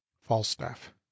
falstaff